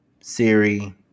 Siri